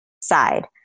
side